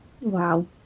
Wow